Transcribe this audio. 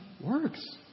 works